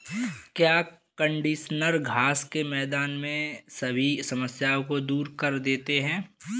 क्या कंडीशनर घास के मैदान में सभी समस्याओं को दूर कर देते हैं?